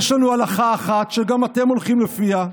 יש לנו הלכה אחת שגם אתם הולכים לפיה.